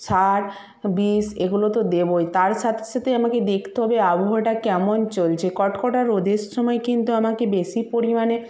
সার বিষ এগুলো তো দেবোই তার সাথে সাথে আমাকে দেখতে হবে আবহাওয়াটা কেমন চলছে কট কটা রোদের সময় কিন্তু আমাকে বেশি পরিমাণে